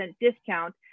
discount